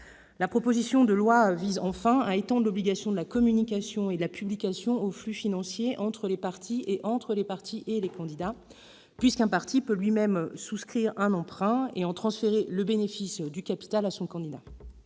La proposition de loi vise, enfin, à étendre l'obligation de la communication et de la publication aux flux financiers entre les partis, et entre les partis et les candidats, puisqu'un parti peut lui-même souscrire un emprunt et en transférer le bénéfice du capital à son candidat.